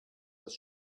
das